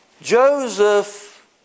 Joseph